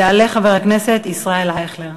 יעלה חבר הכנסת ישראל אייכלר,